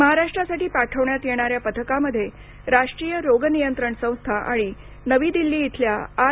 महाराष्ट्रासाठी पाठविण्यात येणाऱ्या पथकामध्ये राष्ट्रीय रोगनियंत्रण संस्था आणि नवी दिल्ली इथल्या आर